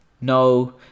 no